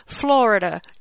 Florida